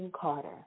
Carter